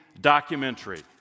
documentary